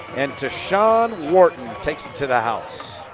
and tershawn wharton takes it to the house.